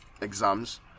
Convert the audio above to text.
exams